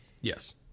Yes